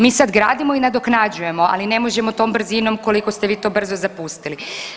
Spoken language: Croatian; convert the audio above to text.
Mi sad gradimo i nadoknađujemo ali ne možemo tom brzinom koliko ste vi to brzo zapustili.